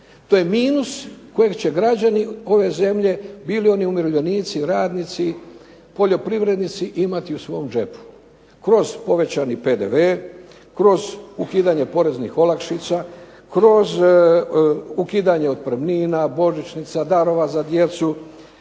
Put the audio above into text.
To je minus koji će građani ove zemlje bili oni umirovljenici, radnici, poljoprivrednici imati u svom džepu, kroz povećani PDV, kroz ukidanje poreznih olakšica, kroz ukidanje otpremnina, božićnica, darova za djecu,